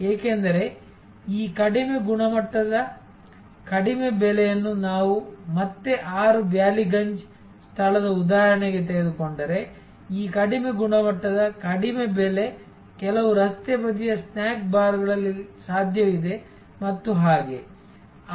ಏಕೆಂದರೆ ಈ ಕಡಿಮೆ ಗುಣಮಟ್ಟದ ಕಡಿಮೆ ಬೆಲೆಯನ್ನು ನಾವು ಮತ್ತೆ 6 ಬ್ಯಾಲಿಗಂಜ್ ಸ್ಥಳದ ಉದಾಹರಣೆಗೆ ತೆಗೆದುಕೊಂಡರೆ ಈ ಕಡಿಮೆ ಗುಣಮಟ್ಟದ ಕಡಿಮೆ ಬೆಲೆ ಕೆಲವು ರಸ್ತೆ ಬದಿಯ ಸ್ನ್ಯಾಕ್ ಬಾರ್ಗಳಲ್ಲಿ ಸಾಧ್ಯವಿದೆ ಮತ್ತು ಹಾಗೆ